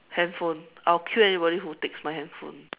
handphone I will kill anybody who takes my handphone